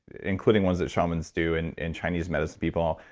including ones that shamans do and and chinese medicine people,